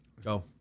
Go